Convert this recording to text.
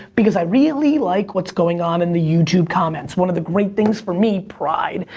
because i really like what's going on in the youtube comments. one of the great things for me, pride,